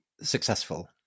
successful